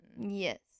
Yes